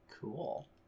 Cool